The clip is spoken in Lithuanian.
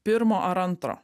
pirmo ar antro